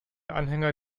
anhänger